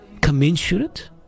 commensurate